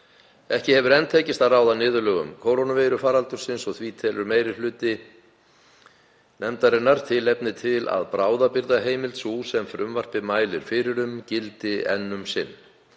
Ekki hefur enn tekist að ráða niðurlögum kórónuveirufaraldursins og því telur meiri hlutinn tilefni til að bráðabirgðaheimild sú sem frumvarpið mælir fyrir um gildi enn um sinn.